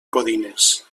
codines